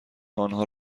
آنها